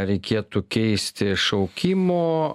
reikėtų keisti šaukimo